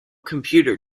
computer